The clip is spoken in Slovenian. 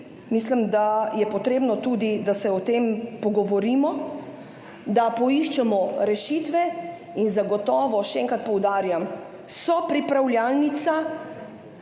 mislim, da je potrebno tudi, da se o tem pogovorimo, da poiščemo rešitve. Zagotovo, še enkrat poudarjam, so pripravljalnice